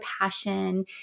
passion